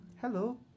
hello